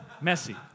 messy